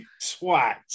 Swat